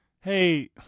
hey